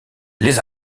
les